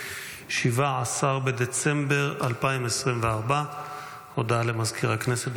17 בדצמבר 2024. הודעה למזכיר הכנסת.